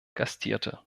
gastierte